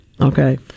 Okay